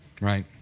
right